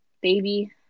baby